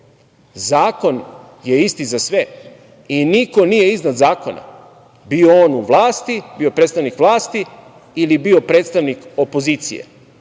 Zakon je isti za sve i niko nije iznad zakona, bio on u vlasti, bio predstavnik vlasti ili bio predstavnik opozicije.